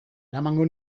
eramango